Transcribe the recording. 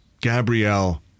Gabrielle